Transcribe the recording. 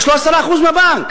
יש לו 10% מהבנק,